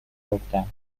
گفتم